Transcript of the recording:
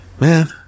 man